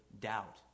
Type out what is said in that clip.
doubt